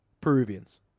Peruvians